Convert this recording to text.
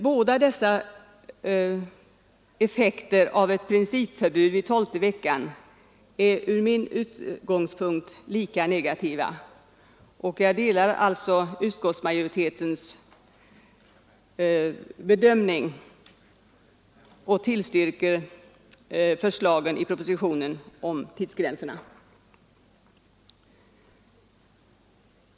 Båda dessa effekter av ett principförbud vid tolfte veckan är från min utgångspunkt lika negativa. Jag delar alltså utskottsmajoritetens bedömning och tillstyrker förslaget i propositionen om tidsgränserna.